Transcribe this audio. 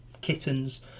kittens